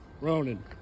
Ronan